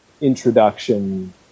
introduction